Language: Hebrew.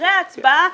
אחרי ההצבעה,